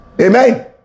Amen